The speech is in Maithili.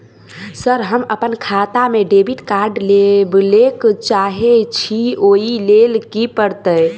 सर हम अप्पन खाता मे डेबिट कार्ड लेबलेल चाहे छी ओई लेल की परतै?